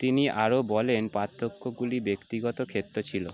তিনি আরও বলেন পার্থক্যগুলি ব্যক্তিগত ক্ষেত্রে ছিল